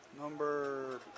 Number